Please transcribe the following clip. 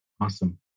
Awesome